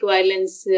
Violence